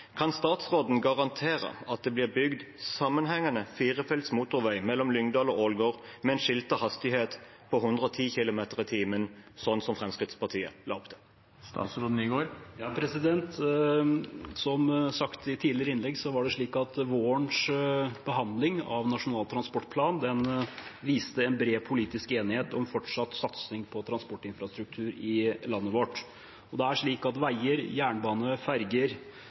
Kan statsråden garantere at det blir bygd sammenhengende firefelts motorvei mellom Lyngdal og Ålgård med en skiltet hastighet på 110 km/t slik Fremskrittspartiet la opp til?» Som sagt i tidligere innlegg var det slik at vårens behandling av Nasjonal transportplan viste en bred politisk enighet om fortsatt satsing på transportinfrastruktur i landet vårt. Veier, jernbaner, ferger og flyplasser er med på å binde Norge sammen, og det er